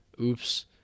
oops